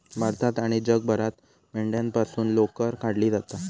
भारतात आणि जगभरात मेंढ्यांपासून लोकर काढली जाता